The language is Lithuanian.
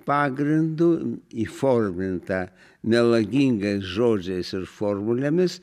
pagrindu įforminta melagingais žodžiais ir formulėmis